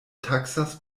taksas